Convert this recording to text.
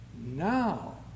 now